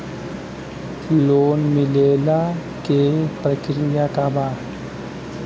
Loan मिलेला के प्रक्रिया का बा?